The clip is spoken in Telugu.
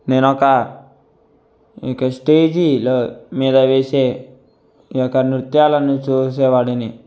నేనొక ఈ యొక్క స్టేజిలో మీద వేసే ఈ యొక్క నృత్యాలను చూసేవాడిని